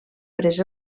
pres